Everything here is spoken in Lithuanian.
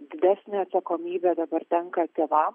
didesnė atsakomybė dabar tenka tėvam